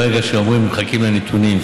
ברגע שאומרים שמחכים לנתונים,